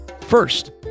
First